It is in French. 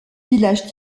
village